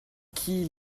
qui